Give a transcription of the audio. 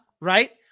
right